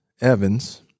Evans